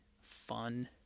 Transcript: fun